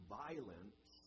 violence